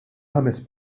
ħames